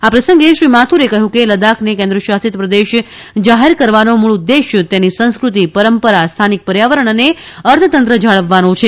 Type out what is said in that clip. આ પ્રસંગે શ્રી માથુરે કહ્યું કે લદ્દાકને કેન્દ્રશાસિત પ્રદેશ જાહેર કરવાનો મૂળ ઉદ્દેશ્ય તેની સંસ્ક઼તિ પરંપરા સ્થાનિક પર્યાવરણ અને અર્થતંત્ર જાળવવાનો છે